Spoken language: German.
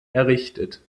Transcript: errichtet